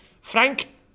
Frank